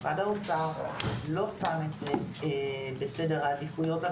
משרד האוצר לא שם את זה בסדר העדיפויות הנכון.